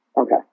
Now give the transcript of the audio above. Okay